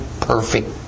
perfect